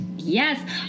Yes